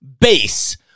base